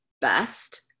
best